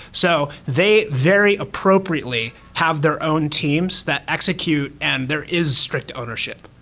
so they very appropriately have their own teams that execute and there is strict ownership,